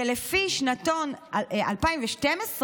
ולפי שנתון 2012,